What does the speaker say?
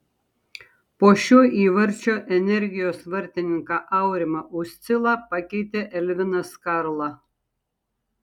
po šio įvarčio energijos vartininką aurimą uscilą pakeitė elvinas karla